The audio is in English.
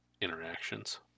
interactions